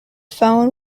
phone